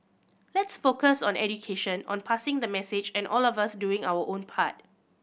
let's focus on education on passing the message and all of us doing our own part